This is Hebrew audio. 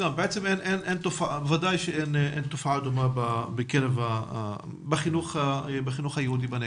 בוודאי שאין תופעה דומה בחינוך היהודי בנגב.